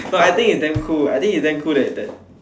so I think it damn cool I think it damn cool that that